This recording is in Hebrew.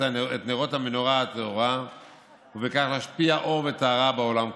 נרות המנורה הטהורה ובכך להשפיע אור וטהרה בעולם כולו.